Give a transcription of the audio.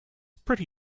pretty